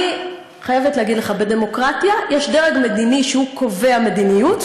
אני חייבת להגיד לך: בדמוקרטיה יש דרג מדיני שהוא קובע מדיניות,